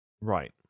Right